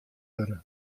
wurde